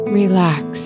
relax